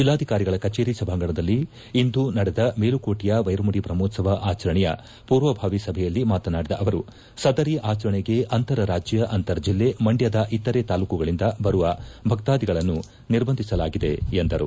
ಜಿಲ್ಲಾಧಿಕಾರಿಗಳ ಕಚೇರಿ ಸಭಾಂಗಣದಲ್ಲಿಂದು ನಡೆದ ಮೇಲುಕೋಟೆಯ ವೈರಮುಡಿ ಬ್ರಹ್ಮೋತ್ಸವ ಆಚರಣೆಯ ಪೂರ್ವಭಾವಿ ಸಭೆಯಲ್ಲಿ ಮಾತನಾಡಿದ ಅವರು ಸದರಿ ಆಚರಣೆಗೆ ಅಂತರರಾದ್ದ ಅಂತರ್ ಟಿಲ್ಲೆ ಮಂಡ್ಣದ ಇತರೆ ತಾಲ್ಲೂಕುಗಳಿಂದ ಬರುವ ಭಕ್ತಾದಿಗಳನ್ನು ನಿರ್ಬಂಧಿಸಲಾಗಿದೆ ಎಂದರು